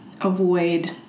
avoid